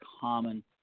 common